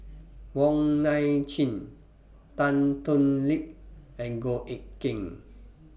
Wong Nai Chin Tan Thoon Lip and Goh Eck Kheng